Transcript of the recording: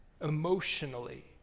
emotionally